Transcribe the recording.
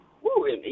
Woo